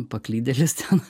paklydėlis ten